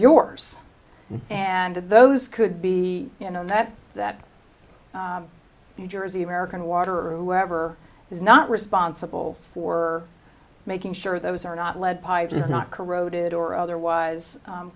yours and those could be you know that that new jersey american water or whoever is not responsible for making sure those are not lead pipes is not corroded or otherwise